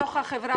דלית,